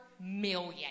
million